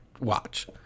watch